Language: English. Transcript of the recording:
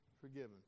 forgiven